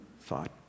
thought